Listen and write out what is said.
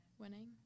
Winning